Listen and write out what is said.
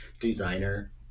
designer